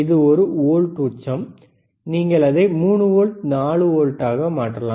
இது ஒரு வோல்ட் உச்சம் நீங்கள் அதை 3 வோல்ட் 4 வோல்ட்டாக மாற்றலாம்